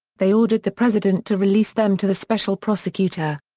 they ordered the president to release them to the special prosecutor.